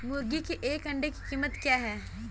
मुर्गी के एक अंडे की कीमत क्या है?